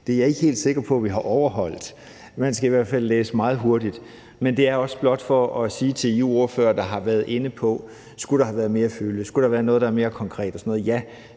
Det er jeg ikke helt sikker på at vi har overholdt – man skal i hvert fald læse meget hurtigt. Men det er også blot for at sige til jer ordførere, der har været inde på, om der skulle være mere fylde, om der skulle have været noget, der var mere konkret, at ja, det